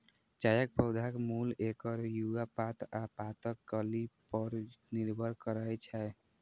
चायक पौधाक मोल एकर युवा पात आ पातक कली पर निर्भर करै छै